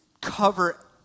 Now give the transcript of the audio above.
cover